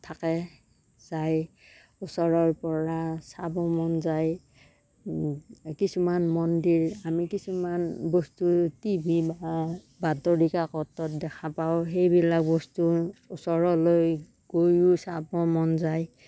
থাকে যায় ওচৰৰ পৰা চাব মন যায় কিছুমান মন্দিৰ আমি কিছুমান বস্তু টিভি বা বাতৰি কাকতত দেখা পাওঁ সেইবিলাক বস্তুৰ ওচৰলৈ গৈয়ো চাবৰ মন যায়